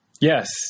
Yes